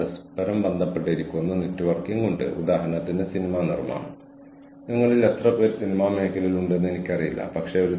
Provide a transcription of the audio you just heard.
പക്ഷേ എനിക്ക് നിങ്ങൾ സൂം ഔട്ട് ചെയ്യണം എന്ന് ഞാൻ പറഞ്ഞ നിമിഷം അവർ സൂം ഔട്ട് ചെയ്തു